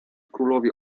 królowie